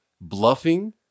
Bluffing